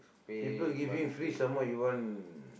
people giving free some more you want